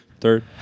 Third